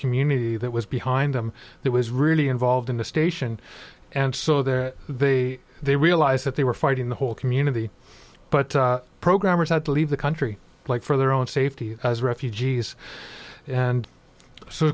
community that was behind them that was really involved in the station and so there they they realized that they were fighting the whole community but programmers had to leave the country like for their own safety as refugees and so